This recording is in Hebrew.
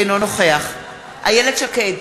אינו נוכח איילת שקד,